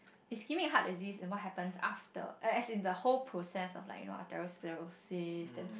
ischemic heart disease and what happens after as as in the whole process of like you know arteriosclerosis then